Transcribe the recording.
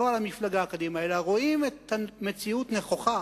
לא על המפלגה קדימה, אלא רואים את המציאות נכוחה,